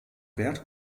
wert